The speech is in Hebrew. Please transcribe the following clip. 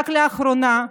רק לאחרונה,